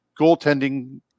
goaltending –